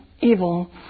evil